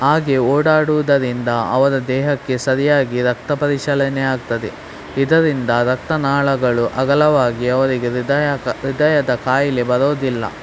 ಹಾಗೆ ಓಡಾಡುವುದರಿಂದ ಅವರ ದೇಹಕ್ಕೆ ಸರಿಯಾಗಿ ರಕ್ತ ಪರಿಚಲನೆ ಆಗ್ತದೆ ಇದರಿಂದ ರಕ್ತನಾಳಗಳು ಅಗಲವಾಗಿ ಅವರಿಗೆ ಹೃದಯ ಹೃದಯದ ಕಾಯಿಲೆ ಬರೋದಿಲ್ಲ